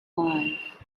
five